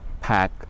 pack